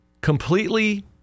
completely